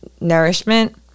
nourishment